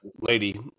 lady